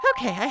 Okay